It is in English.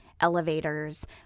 elevators